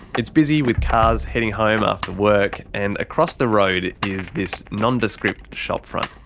it's busy with cars heading home after work. and across the road is this nondescript shopfront.